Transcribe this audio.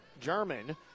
German